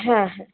হ্যাঁ হ্যাঁ